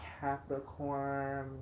Capricorn